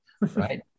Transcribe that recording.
right